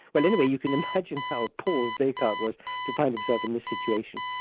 well anyway, you can imagine how appalled descartes was to find himself in this situation,